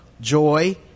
joy